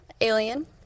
Alien